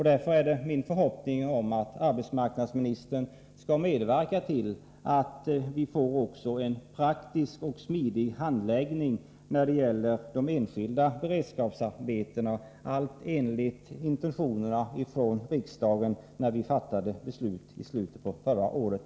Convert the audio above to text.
Därför är det min förhoppning att arbetsmarknadsministern skall medverka till att vi får en praktisk och smidig handläggning när det gäller de enskilda beredskapsarbetena, allt enligt riksdagens intentioner när vi fattade beslutet i slutet av förra året.